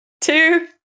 two